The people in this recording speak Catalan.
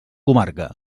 comarca